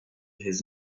his